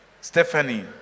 Stephanie